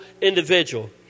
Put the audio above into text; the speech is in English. individual